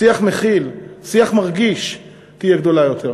שיח מכיל, שיח מרגיש, תהיה גדולה יותר.